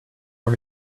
for